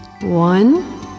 One